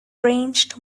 wrenched